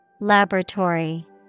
Laboratory